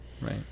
right